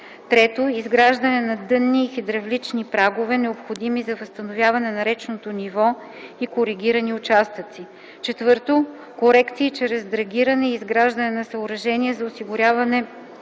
3. изграждане на дънни и хидравлични прагове, необходими за възстановяване на речното ниво в коригирани участъци; 4. корекции чрез драгиране и изграждане на съоръжения за осигуряване